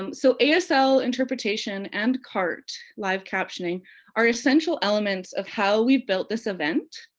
um so asl interpretation and cart live captioning are essential elements of how we built this event.